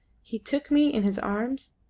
he took me in his arms,